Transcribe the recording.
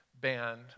band